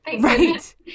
right